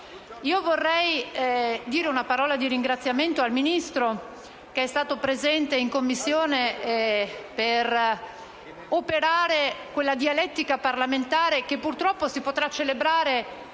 Vorrei dire una parola di ringraziamento al Ministro, che è stato presente in Commissione per operare quella dialettica parlamentare che purtroppo si potrà celebrare